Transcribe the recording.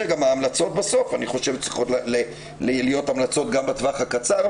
ההמלצות בסוף צריכות להיות המלצות גם בטווח הקצר,